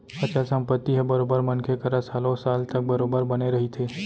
अचल संपत्ति ह बरोबर मनखे करा सालो साल तक बरोबर बने रहिथे